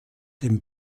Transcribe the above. dem